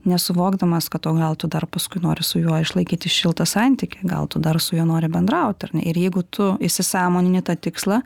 nesuvokdamas kad o gal tu dar paskui nori su juo išlaikyti šiltą santykį gal tu dar su juo nori bendrauti ar ne ir jeigu tu įsisąmonini tą tikslą